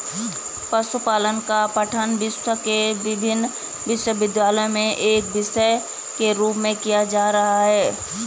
पशुपालन का पठन विश्व के विभिन्न विश्वविद्यालयों में एक विषय के रूप में किया जा रहा है